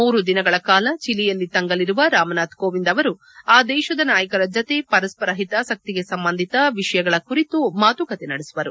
ಮೂರು ದಿನಗಳ ಕಾಲ ಚಲಿಯಲ್ಲಿ ತಂಗಲಿರುವ ಕಾಮನಾಥ್ ಕೋವಿಂದ್ ಅವರು ಆ ದೇಶದ ನಾಯಕರ ಜತೆ ಪರಸ್ವರ ಹಿತಾಸಕ್ತಿಗೆ ಸಂಬಂಧಿಸಿದ ವಿಷಯಗಳ ಕುರಿತು ಮಾತುಕತೆ ನಡೆಸುವರು